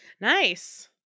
Nice